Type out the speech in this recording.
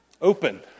open